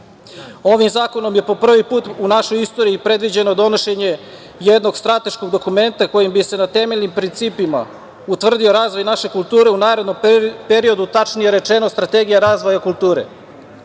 zakonom je po prvi put u našoj istoriji predviđeno donošenje jednog strateškog dokumenta kojim bi se na temeljnim principima utvrdio razvoj naše kulture u narednom periodu, tačnije rečeno strategija razvoja kulture, Dakle,